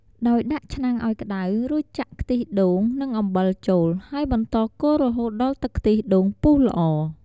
ដោយដាក់ឆ្នាំងអោយក្ដៅ រួចចាក់ខ្ទិះដូង និងអំបិលចូល ហើយបន្តកូររហូតដល់ទឹកខ្ទិះដូងពុះល្អ។